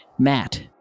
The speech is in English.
Matt